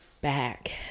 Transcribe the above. back